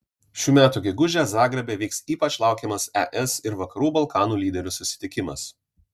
šių metų gegužę zagrebe vyks ypač laukiamas es ir vakarų balkanų lyderių susitikimas